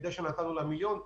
מדי שנה נתנו לה מיליון,